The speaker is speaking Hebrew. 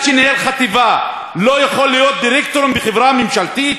שניהל חטיבה לא יכולים להיות דירקטורים בחברה ממשלתית?